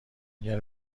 اگر